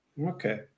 Okay